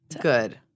Good